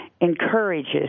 encourages